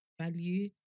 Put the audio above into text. value